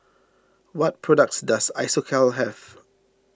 what products does Isocal have